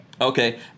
Okay